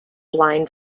blind